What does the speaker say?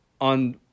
on